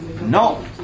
No